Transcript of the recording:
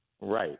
Right